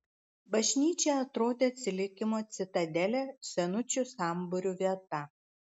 bažnyčia atrodė atsilikimo citadelė senučių sambūrių vieta